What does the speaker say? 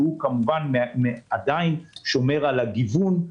שהוא עדיין שומר על הגיוון,